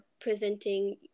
presenting